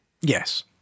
Yes